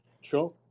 Sure